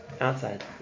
outside